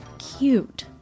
Cute